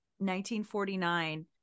1949-